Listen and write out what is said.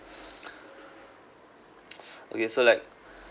okay so like